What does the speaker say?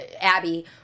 Abby